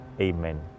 Amen